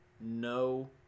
no